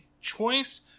choice